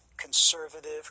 conservative